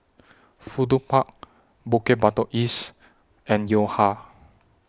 Fudu Park Bukit Batok East and Yo Ha